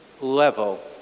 level